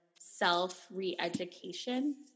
self-re-education